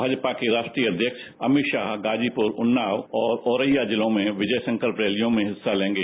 भाजपा के राष्ट्रीय अध्यक्ष अनित शाह गाजीपुर उन्नाव और औरैया जिलों में विजय संकल्प की रैलियों में हिस्सा लेंगे